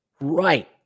Right